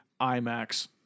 IMAX